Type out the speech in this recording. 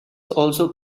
also